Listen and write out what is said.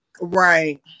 right